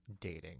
dating